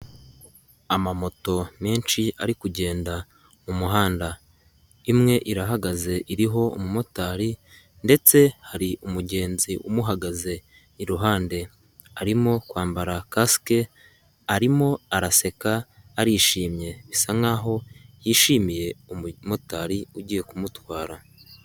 Amamoto menshi ari kugenda mu muhanda, imwe irahagaze iriho umumotari ndetse hari umugenzi umuhagaze iruhande, arimo kwambara kasike arimo araseka arishimye, bisa nk'aho yishimiye umumotari ugiye kumutwara.